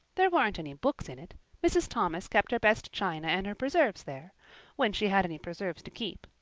there weren't any books in it mrs. thomas kept her best china and her preserves there when she had any preserves to keep.